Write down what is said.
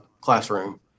classroom